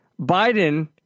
Biden